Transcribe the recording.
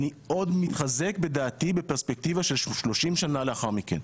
אני עוד מתחזק בדעתי בפרספקטיבה של 30 שנים לאחר מכן.